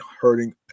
hurting